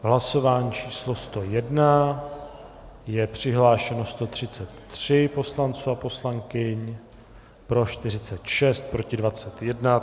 V hlasování číslo 101 je přihlášeno 133 poslanců a poslankyň, pro 46, proti 21.